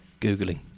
googling